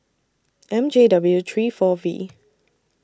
M J W three four V